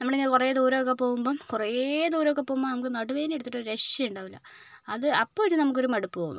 നമ്മളിങ്ങനെ കുറെ ദൂരം ഒക്കെ പോകുമ്പം കുറെ ദൂരം ഒക്കെ പോകുമ്പം നമുക്ക് നടുവേദന എടുത്തിട്ട് ഒരു രക്ഷയുണ്ടാവുകയില്ല അത് അപ്പോൾ ഒരു നമുക്കൊരു മടുപ്പ് തോന്നും